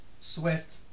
Swift